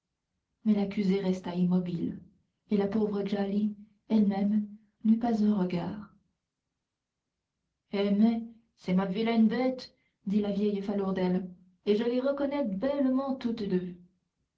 mais l'accusée resta immobile et la pauvre djali elle-même n'eut pas un regard eh mais c'est ma vilaine bête dit la vieille falourdel et je les reconnais bellement toutes deux